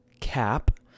CAP